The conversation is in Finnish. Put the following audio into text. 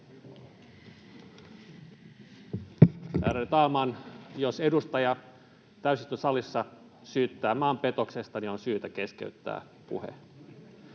Jos edustaja täysistuntosalissa syyttää maanpetoksesta, niin on syytä keskeyttää puhe.